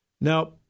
Now